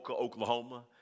Oklahoma